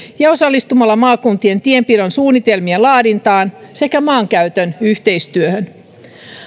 ja osallistumalla maakuntien tienpidon suunnitelmien laadintaan sekä maankäytön yhteistyöhön